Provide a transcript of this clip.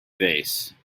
vase